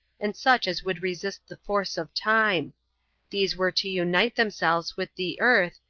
and such as would resist the force of time these were to unite themselves with the earth,